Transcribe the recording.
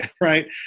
right